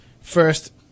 first